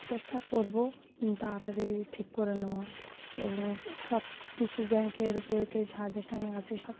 চেষ্টা করব তাড়াতাড়ি ঠিক করে নেওয়ার এবং সব কিছু ব্যাংকের বইতে যা যেখানে আছে সব